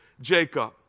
Jacob